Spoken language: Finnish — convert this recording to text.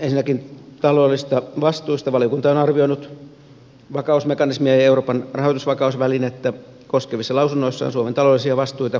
valiokunta on arvioinut vakausmekanismia ja euroopan rahoitusvakausvälinettä koskevissa lausunnoissaan suomen taloudellisia vastuita valtiosäännön kannalta